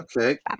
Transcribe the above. Okay